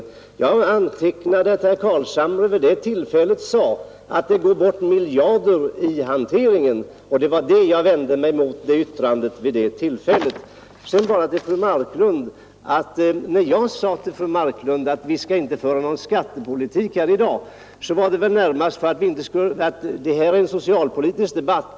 Men jag har antecknat att herr Carlshamre vid det åsyftade tillfället yttrade att det går bort miljarder i hanteringen. Det var det uttryckssättet som jag vände mig emot. När jag yttrade till fru Marklund att vi inte bör föra en skattedebatt i dag, så gjorde jag det närmast för att det här gäller en socialpolitisk debatt.